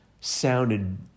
sounded